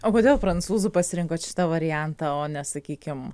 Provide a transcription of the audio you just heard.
o kodėl prancūzų pasirinkot šitą variantą o ne sakykim